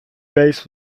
base